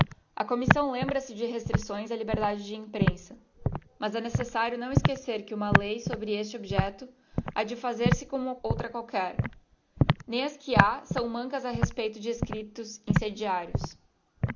a commissão lembra-se de restricções á liberdade de imprensa mas é necessário não esquecer que uma lei sobre este objecto ha de fazer-se como ontra qualquer nem as que ha são mancas a respeito de escriptos incendiários